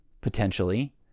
potentially